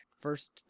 First